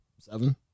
Seven